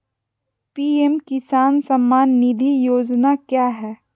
PM Kisan Samman Nidhi Yojana क्या है?